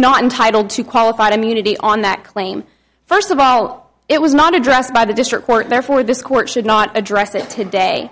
not entitled to qualified immunity on that claim first of all it was not addressed by the district court therefore this court should not address it today